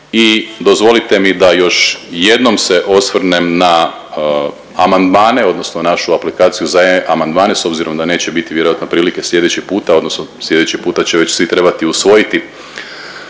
i dozvolite mi da još jednom se osvrnem na amandmane odnosno našu aplikaciju za e-amandmane s obzirom da neće biti vjerojatno prilike slijedeći puta odnosno slijedeći puta će već svi trebati usvojiti